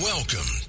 Welcome